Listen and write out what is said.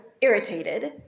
irritated